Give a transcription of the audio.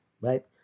right